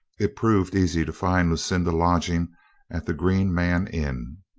it proved easy to find lucinda lodging at the green man inn.